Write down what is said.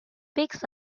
picks